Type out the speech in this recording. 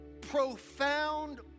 profound